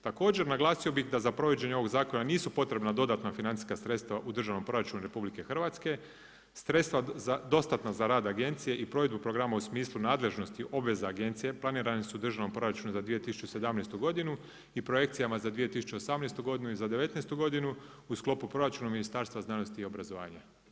Također naglasio bi da za provođenje ovog zakona nisu potrebna dodatna financijska sredstva u državnom proračunu RH, sredstva dostatna za rad agencije i provedbu programa u smislu nadležnosti obveza agencije planirane su u državnom proračunu za 2017. i projekcijama za 2018. i 2019. godinu u sklopu proračuna Ministarstva znanosti i obrazovanja.